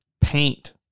Paint